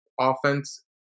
offense